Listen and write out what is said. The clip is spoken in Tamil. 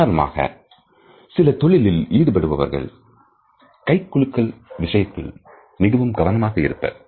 உதாரணமாக சில தொழிலில் ஈடுபட்டுள்ளவர்கள் கைகுலுக்குதல் விஷயத்தில் மிகவும் கவனமாக இருப்பர்